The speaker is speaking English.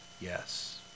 yes